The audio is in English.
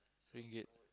Ringgit